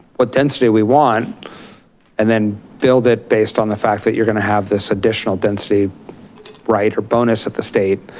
what density we want and then build it based on the fact that you're going to have this additional density right bonus at the state.